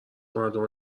مردم